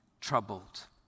troubled